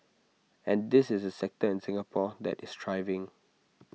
and this is A sector in Singapore that is thriving